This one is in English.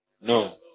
No